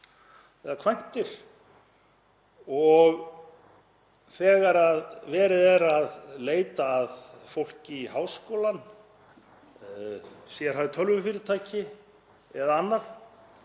eða kvæntir og þegar verið er að leita að fólki í háskólann, sérhæfð tölvufyrirtæki eða annað